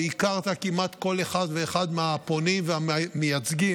והכרת כמעט כל אחד ואחד מהפונים והמייצגים,